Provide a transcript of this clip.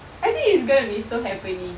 I think it's gonna be so happening